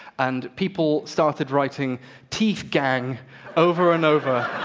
and people started writing teeth gang over and over.